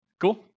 Cool